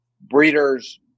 breeders